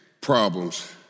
problems